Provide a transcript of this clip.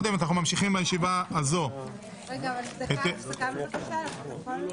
גם על הצעת החוק וגם על הקדמת הדיון לקראת קריאה ראשונה.